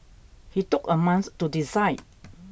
he took a month to decide